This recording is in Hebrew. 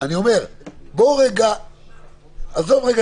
אנחנו רצינו